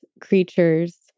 creatures